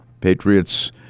Patriots